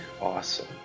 Awesome